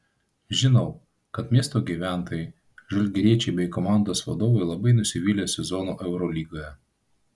žinau kad miesto gyventojai žalgiriečiai bei komandos vadovai labai nusivylė sezonu eurolygoje